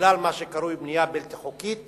בגלל מה שקרוי בנייה בלתי חוקית